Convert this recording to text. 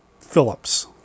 Phillips